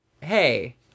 hey